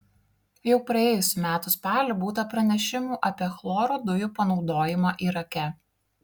jau praėjusių metų spalį būta pranešimų apie chloro dujų panaudojimą irake